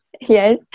yes